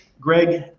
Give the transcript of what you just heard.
greg